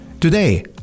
Today